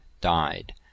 died